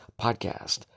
Podcast